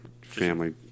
family